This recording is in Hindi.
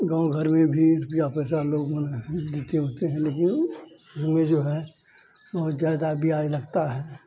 गाँव घर में भी रुपया पैसा लोग माने देते उते हैं लेकिन उसमें जो है वह ज़्यादा ब्याज लगता है